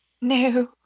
no